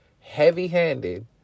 heavy-handed